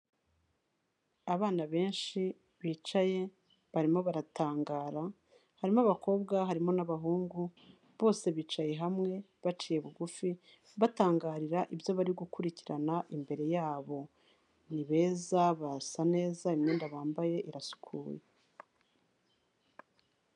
Abana benshi bicaye barimo baratangara, harimo abakobwa, harimo n'abahungu bose bicaye hamwe baciye bugufi, batangarira ibyo bari gukurikirana imbere yabo. Ni beza, barasa neza, imyenda bambaye irasukuye.